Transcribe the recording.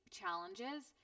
challenges